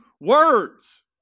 words